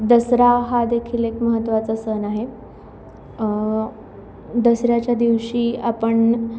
दसरा हा देखील एक महत्त्वाचा सण आहे दसऱ्याच्या दिवशी आपण